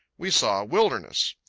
we saw a wilderness.